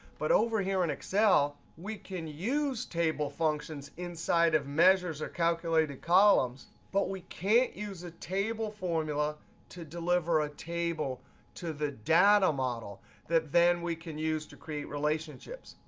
but over here in excel, we can use table functions inside of measures or calculated columns, but we can't use a table formula to deliver a table to the data model that then we can use to create relationships.